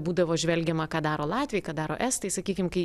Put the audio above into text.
būdavo žvelgiama ką daro latviai ką daro estai sakykim kai